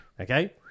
Okay